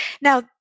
Now